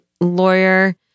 lawyer